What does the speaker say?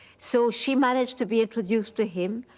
so she managed to be introduced to him,